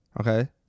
okay